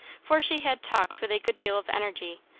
for she had talked with a good deal of energy,